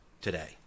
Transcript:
today